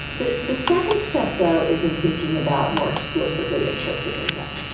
the the second step though is in thinking about more explicitly interpreting them.